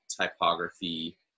typography